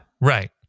Right